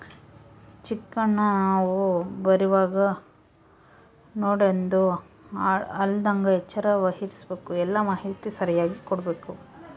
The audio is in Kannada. ಚೆಕ್ಕನ್ನ ನಾವು ಬರೀವಾಗ ನೋಡ್ಯಂಡು ಹಾಳಾಗದಂಗ ಎಚ್ಚರ ವಹಿಸ್ಭಕು, ಎಲ್ಲಾ ಮಾಹಿತಿ ಸರಿಯಾಗಿ ಕೊಡ್ಬಕು